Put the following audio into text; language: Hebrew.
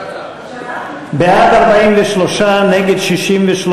בעד, 43, נגד, 63,